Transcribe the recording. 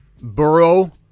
Burrow